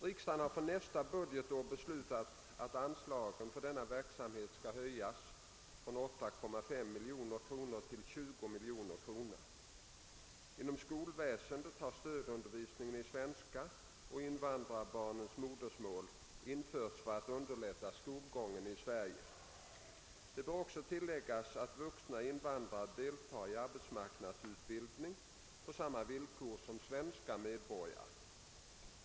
Riksdagen har för nästa budget år beslutat att anslaget för denna verksamhet skall höjas från 8,5 miljoner till 20 miljoner kr. Inom skolväsendet har stödundervisning i svenska och invandrarbarnens modersmål införts för att underlätta skolgången i Sverige. Det bör tilläggas att vuxna invandrare deltar i arbetsmarknadsutbildning på samma villkor som svenska medborgare.